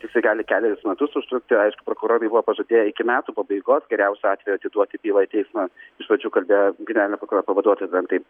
jisai gali kelerius metus užtrukti aišk prokurorai buvo pažadėję iki metų pabaigos geriausiu atveju atiduoti bylą į teismą iš pradžių kalbėjo generalinio prokuroro pavaduotojas bent taip